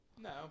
No